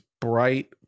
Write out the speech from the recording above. bright